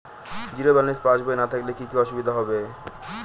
Zero balance পাসবই না থাকলে কি কী অসুবিধা হবে?